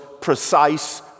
precise